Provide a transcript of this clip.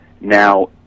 now